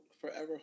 forever